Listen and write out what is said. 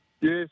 Yes